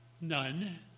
None